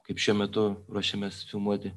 kaip šiuo metu ruošiamės filmuoti